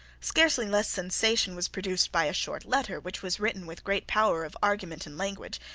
scarcely less sensation was produced by a short letter which was written with great power of argument and language,